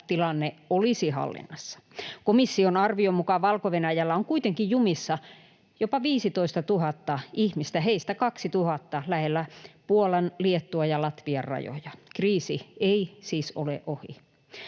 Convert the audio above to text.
tilanne olisi hallinnassa. Komission arvion mukaan Valko-Venäjällä on kuitenkin jumissa jopa 15 000 ihmistä, heistä 2 000 lähellä Puolan, Liettuan ja Latvian rajoja. Kriisi ei siis ole ohi.